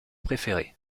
préférés